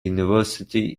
university